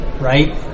right